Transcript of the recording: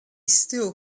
still